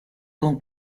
con